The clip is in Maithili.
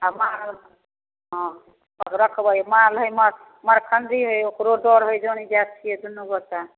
आओर मारत हँ रखबै माल रहै मरखण्डी हइ ओकरो डर होइ जनी जाइतके दुनू गोटा